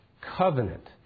Covenant